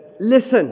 Listen